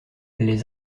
les